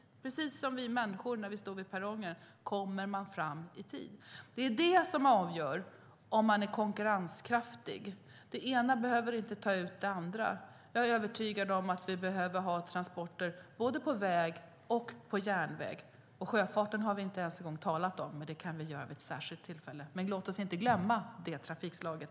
Det är precis som för oss människor när vi står på perrongen. Vi undrar: Kommer vi fram i tid? Det är det som avgör om man är konkurrenskraftig. Det ena behöver inte ta ut det andra. Jag är övertygad om att vi behöver ha transporter både på väg och på järnväg. Sjöfarten har vi inte ens en gång talat om. Det kan vi göra vid ett särskilt tillfälle. Men låt oss inte glömma det trafikslaget.